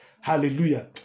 Hallelujah